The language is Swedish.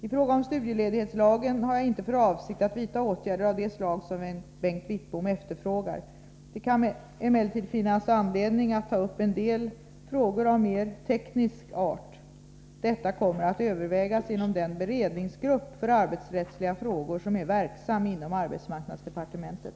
I fråga om studieledighetslagen har jag inte för avsikt att vidta åtgärder av det slag som Bengt Wittbom efterfrågar. Det kan emellertid finnas anledning att ta upp en del frågor av mer teknisk art. Detta kommer att övervägas inom den beredningsgrupp för arbetsrättsliga frågor som är verksam inom arbetsmarknadsdepartementet.